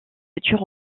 futur